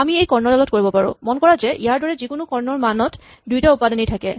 আমি এই কৰ্ণডালত কৰিব পাৰো মন কৰা যে ইয়াৰ দৰে যিকোনো কৰ্ণৰ মানত দুইটা উপাদানেই থাকে